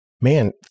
man